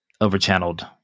over-channeled